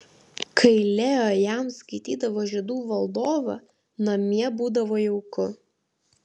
kai leo jam skaitydavo žiedų valdovą namie būdavo jauku